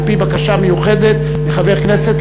על-פי בקשה מיוחדת מחבר כנסת,